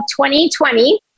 2020